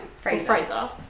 Fraser